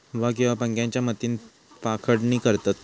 हवा किंवा पंख्याच्या मदतीन पाखडणी करतत